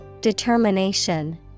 Determination